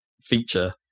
feature